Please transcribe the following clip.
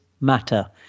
matter